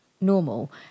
normal